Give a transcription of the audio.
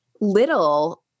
little